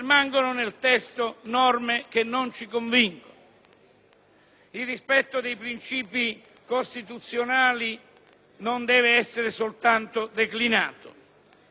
Il rispetto dei princìpi costituzionali non deve essere soltanto declinato. Noi riteniamo che la delega che parte